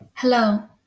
Hello